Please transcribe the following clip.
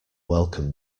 welcome